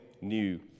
new